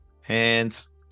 Hands